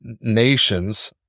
nations